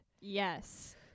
Yes